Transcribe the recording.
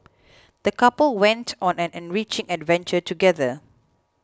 the couple went on an enriching adventure together